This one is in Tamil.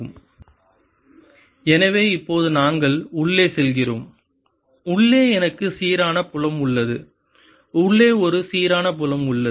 sinsinϕ|r R|ds4π3R3r2sinθcosϕ எனவே இப்போது நாங்கள் உள்ளே செல்கிறோம் உள்ளே எனக்கு சீரான புலம் உள்ளது உள்ளே ஒரு சீரான புலம் உள்ளது